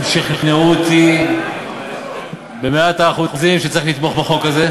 הם שכנעו אותי במאת האחוזים שצריך לתמוך בחוק הזה,